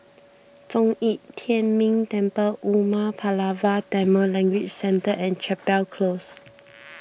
Zhong Yi Tian Ming Temple Umar Pulavar Tamil Language Centre and Chapel Close